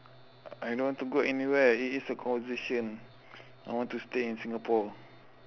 I don't want to go anyway it is a conversation I want to stay in singapore